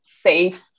safe